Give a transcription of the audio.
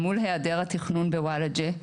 אל מול היעדר התכנון בוולאג'ה,